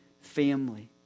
family